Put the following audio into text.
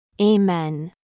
Amen